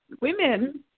women